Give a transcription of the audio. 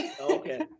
Okay